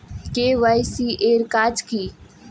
KYC এর কাজ কি?